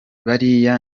bariya